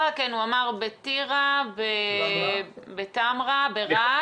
הוא אמר בטירה, בטמרה, ברהט.